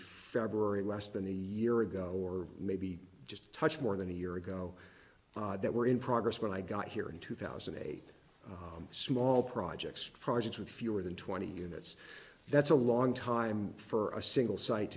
february less than a year ago or maybe just a touch more than a year ago that were in progress when i got here in two thousand and eight small projects projects with fewer than twenty units that's a long time for a single si